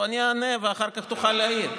אני אענה ואחר כך תוכל להעיר.